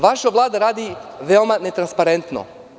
Vaša Vlada radi veoma netransparentno.